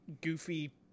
Goofy